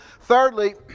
Thirdly